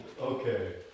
Okay